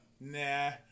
nah